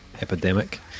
Epidemic